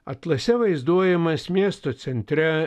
atlase vaizduojamas miesto centre